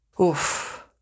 Oof